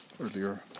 earlier